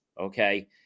okay